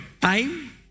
time